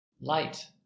Light